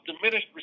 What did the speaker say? diminished